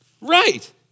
right